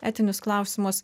etinius klausimus